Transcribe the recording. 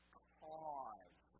cause